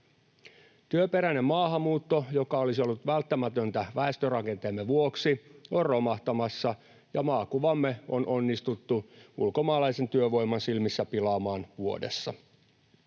Työperäinen maahanmuutto, joka olisi ollut välttämätöntä väestörakenteemme vuoksi, on romahtamassa, ja maakuvamme on onnistuttu ulkomaalaisen työvoiman silmissä pilaamaan vuodessa.